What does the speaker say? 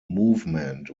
movement